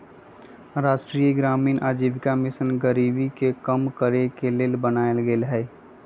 राष्ट्रीय ग्रामीण आजीविका मिशन गरीबी के कम करेके के लेल बनाएल गेल हइ